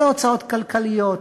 זה הוצאות כלכליות,